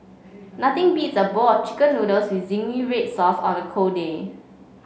nothing beats a bowl of chicken noodles with zingy red sauce on a cold day